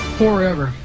forever